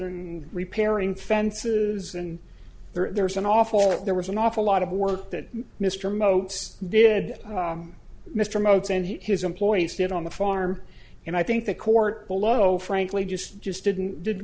and repairing fences and there's an awful lot there was an awful lot of work that mr motes did mr motes and he his employees did on the farm and i think the court below frankly just just didn't did